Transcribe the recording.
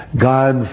God